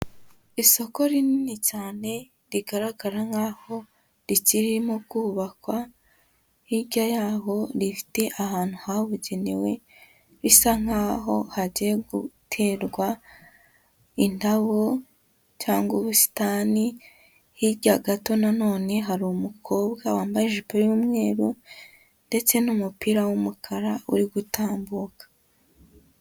Isoko rinini cyane rigaragara nk'aho rikirimo kubakwa, hirya y'aho rifite ahantu habugenewe bisa nkaho hagiye guterwa indabo cyangwa ubusitani, hirya gato na none hari umukobwa wambaye ijipo y'umweru ndetse n'umupira w'umukara, uri gutambuka.